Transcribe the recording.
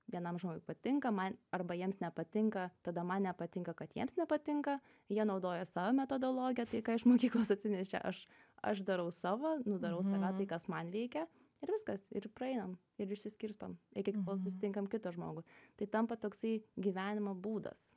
vienam žmogui patinka man arba jiems nepatinka tada man nepatinka kad jiems nepatinka jie naudoja savo metodologiją tai ką iš mokyklos atsinešė aš aš darau savo nu darau save tai kas man veikia ir viskas ir praeinam ir išsiskirstom iki kol susitinkam kitą žmogų tai tampa toksai gyvenimo būdas